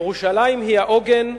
ירושלים היא העוגן,